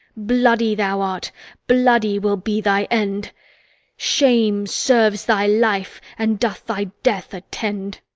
bloody thou art bloody will be thy end shame serves thy life and doth thy death attend.